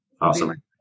Awesome